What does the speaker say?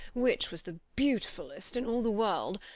which was the beautifulest in all the world,